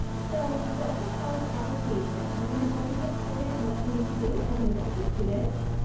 so the delta college application we're gonna help you get started on what you need to do as a new delta student